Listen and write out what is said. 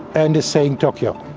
and is saying tokyo.